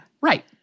Right